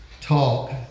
talk